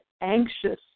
anxious